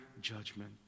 judgment